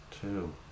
two